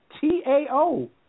T-A-O